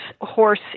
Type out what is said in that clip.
horse